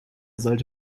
sollte